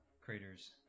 Craters